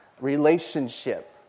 relationship